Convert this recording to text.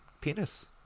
penis